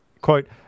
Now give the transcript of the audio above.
Quote